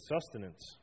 sustenance